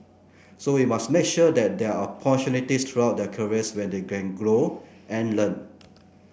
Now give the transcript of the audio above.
so we must make sure that there are opportunities throughout their careers when they can grow and learn